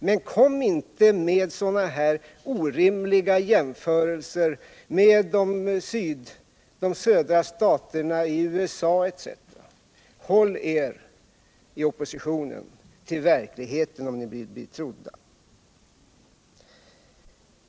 Men kom inte med sådana här orimliga jämförelser med de södra staterna i USA etc.! Håll er, i oppositionen, till verkligheten om ni vill bli trodda!